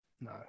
No